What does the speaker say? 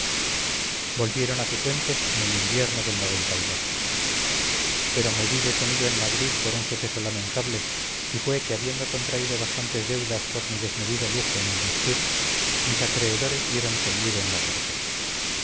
volvieron a cifuentes en el invierno del pero me vi detenido en madrid por un suceso lamentable y fue que habiendo contraído bastantes deudas por mi desmedido lujo en el vestir mis acreedores dieron conmigo en la cárcel